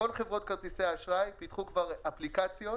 כל חברות כרטיסי האשראי פיתחו כבר אפליקציות.